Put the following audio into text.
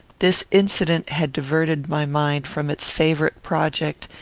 this incident had diverted my mind from its favourite project,